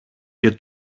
και